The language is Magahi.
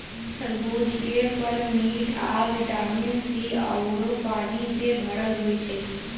तरबूज के फल मिठ आ विटामिन सी आउरो पानी से भरल होई छई